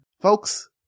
Folks